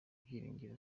byiringiro